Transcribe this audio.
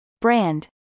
brand